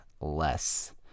less